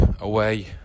away